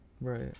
right